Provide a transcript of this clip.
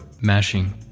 Mashing